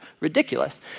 ridiculous